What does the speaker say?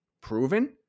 proven